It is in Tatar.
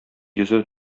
йөзе